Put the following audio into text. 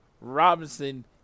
Robinson